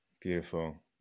Beautiful